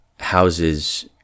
houses